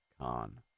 Khan